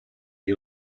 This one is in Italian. gli